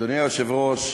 אדוני היושב-ראש,